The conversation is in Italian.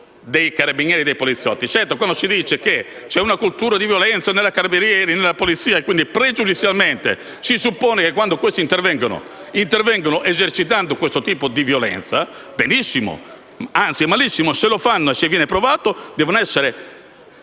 dei carabinieri e dei poliziotti. Certo, quando si dice che c'è una cultura di violenza nei carabinieri o nella polizia, e quindi pregiudizialmente si suppone che, quando questi intervengono, lo fanno esercitando questo tipo di violenza, benissimo, anzi malissimo: se lo fanno - e se viene provato - devono essere